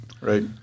Right